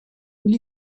will